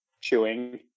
chewing